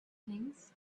things